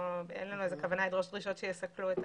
אין לנו כוונה לדרוש דרישות שיסכנו את